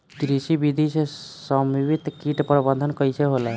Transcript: कृषि विधि से समन्वित कीट प्रबंधन कइसे होला?